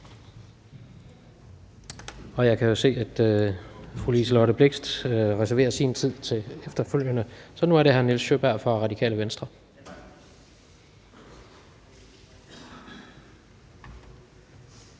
Jeg kan se, at fru Liselott Blixt reserverer sin tid til efterfølgende. Så nu er det hr. Nils Sjøberg fra Radikale Venstre. Kl.